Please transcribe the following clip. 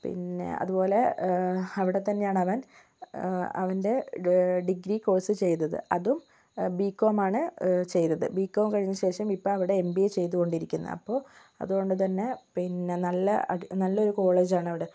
പിന്നെ അതുപോലെ അവിടെത്തന്നെയാണവൻ അവൻ്റെ ഡ് ഡിഗ്രി കോഴ്സ് ചെയ്തത് അതും ബി കോമാണ് ചെയ്തത് ബി കോം കഴിഞ്ഞ ശേഷം ഇപ്പോൾ അവിടെ എം ബി എ ചെയ്തുകൊണ്ടിരിക്കുന്നു അപ്പോൾ അതുകൊണ്ട്തന്നെ പിന്നെ നല്ല അഡ് നല്ല ഒരു കോളേജാണവിടെ